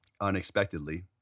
unexpectedly